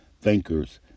thinkers